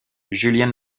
julian